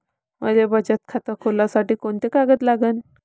मले बचत खातं खोलासाठी कोंते कागद लागन?